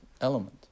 element